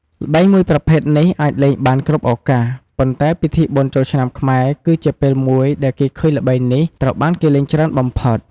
ល្បែងមួយប្រភេទនេះអាចលេងបានគ្រប់ឱកាស ប៉ុន្តែ ពិធីបុណ្យចូលឆ្នាំខ្មែរគឺជាពេលមួយដែលគេឃើញល្បែងនេះត្រូវបានគេលេងច្រើនបំផុត។